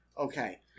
Okay